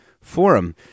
forum